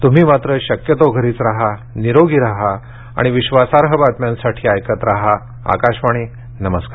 तुम्ही मात्र शक्यतो घरीच राहा निरोगी राहा आणि विश्वासार्ह बातम्यांसाठी ऐकत राहा आकाशवाणी नमस्कार